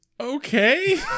Okay